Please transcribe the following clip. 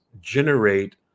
generate